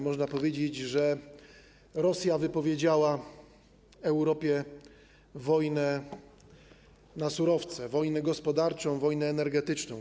Można powiedzieć, że Rosja wypowiedziała Europie wojnę na surowce, wojnę gospodarczą, wojnę energetyczną.